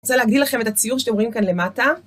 אני רוצה להגדיל לכם את הציור שאתם רואים כאן למטה.